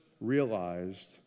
realized